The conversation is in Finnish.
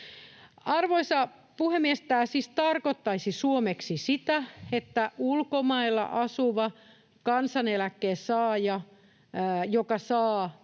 Arvoisa puhemies! Tämä siis tarkoittaisi suomeksi sitä, että ulkomailla asuva kansaneläkkeen saaja, joka saa